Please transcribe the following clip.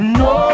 no